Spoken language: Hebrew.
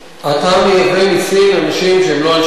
אתה מייבא מסין אנשים שהם לא אנשי מקצוע.